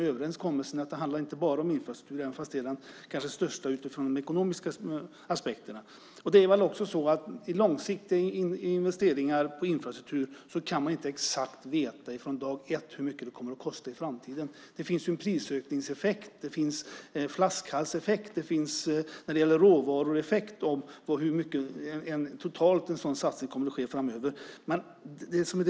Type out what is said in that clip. Överenskommelsen är att det inte bara handlar om infrastruktur, även om det kanske är den största delen sett ur ett ekonomiskt perspektiv. När det gäller långsiktiga investeringar på infrastruktur kan man inte från dag ett veta exakt hur mycket de kommer att kosta i framtiden. Det finns en prisökningseffekt och en flaskhalseffekt. Dessutom finns en effekt vad gäller råvaror, vilket avgör hur stor en sådan satsning totalt kommer att blir framöver.